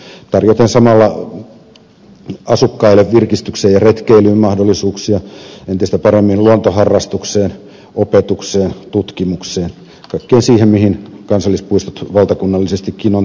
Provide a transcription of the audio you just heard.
tarjoten samalla asukkaille virkistykseen ja retkeilyyn mahdollisuuksia entistä paremmin luontoharrastukseen opetukseen tutkimukseen kaikkeen siihen mihin kansallispuistot valtakunnallisestikin on tarkoitettu